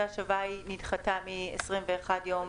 אמרת שההצהרה שהם יגישו מגובה באישור רואה